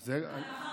זה חוק נהדר.